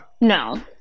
no